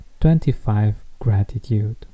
25GRATITUDE